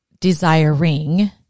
desiring